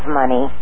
money